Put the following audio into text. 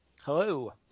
Hello